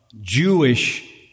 Jewish